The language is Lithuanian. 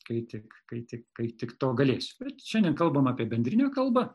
kai tik kai tik kai tik to galėsiu bet šiandien kalbam apie bendrinę kalbą